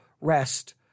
rest